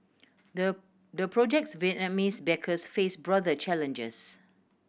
the the project's Vietnamese backers face broader challenges